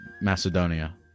Macedonia